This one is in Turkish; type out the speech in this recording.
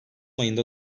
ayında